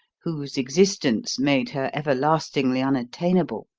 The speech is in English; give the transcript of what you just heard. whose existence made her everlastingly unattainable